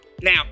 Now